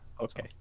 okay